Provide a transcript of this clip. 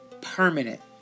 permanent